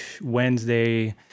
Wednesday